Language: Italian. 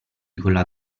quella